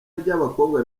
ry’abakobwa